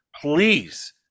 Please